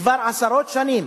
כבר עשרות שנים,